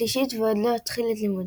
והשלישית עוד לא התחילה את לימודיה.